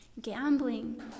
gambling